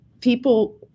people